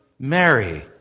Mary